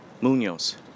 Munoz